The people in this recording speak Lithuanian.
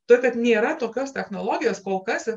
todėl kad nėra tokios technologijos kol kas